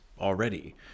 already